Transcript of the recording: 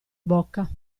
bocca